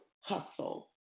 hustle